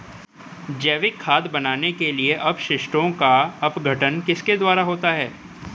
जैविक खाद बनाने के लिए अपशिष्टों का अपघटन किसके द्वारा होता है?